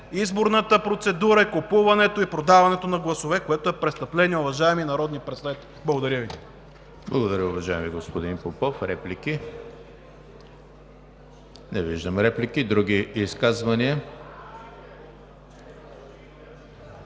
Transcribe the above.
изборната процедура, купуването и продаването на гласове, което е престъпление, уважаеми народни представители. Благодаря Ви.